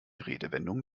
redewendungen